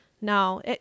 No